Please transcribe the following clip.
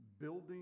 building